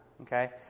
okay